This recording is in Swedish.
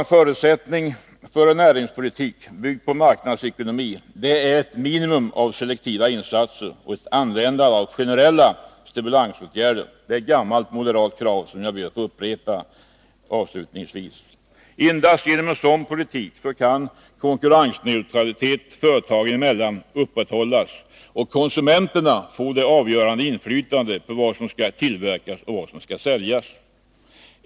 En förutsättning för en näringspolitik, byggd på marknadsekonomin, är ett minimum av selektiva insatser och ett användande av generella stimulansåtgärder. Detta är ett gammalt moderat krav, som jag ber att få upprepa avslutningsvis. Endast genom en sådan politik kan konkurrensneutralitet företagen emellan upprätthållas och konsumenterna få det avgörande inflytandet på vad som skall tillverkas och säljas.